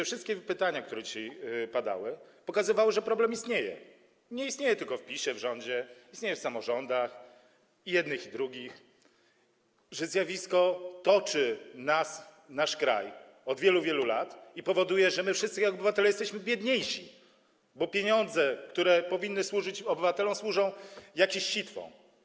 Wszystkie pytania, które dzisiaj padały, pokazywały, że problem istnieje, nie istnieje tylko w PiS-ie, w rządzie, istnieje w samorządach, i jednych, i drugich, że zjawisko toczy nas, nasz kraj od wielu, wielu lat i powoduje, że my wszyscy jako obywatele jesteśmy biedniejsi, bo pieniądze, które powinny służyć obywatelom, służą jakimś sitwom.